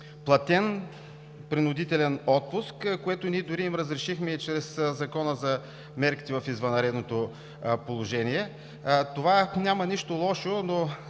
платен принудителен отпуск, което ние дори им разрешихме чрез Закона за мерките в извънредното положение. Това няма нищо лошо, но